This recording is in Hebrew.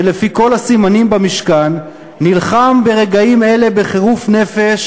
שלפי כל הסימנים במשכן נלחם ברגעים אלה בחירוף נפש